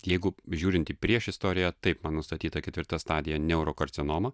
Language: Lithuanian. jeigu žiūrint į prieš istoriją taip pat nustatyta ketvirta stadija neurokarcinoma